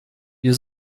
wir